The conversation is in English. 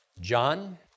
John